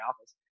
office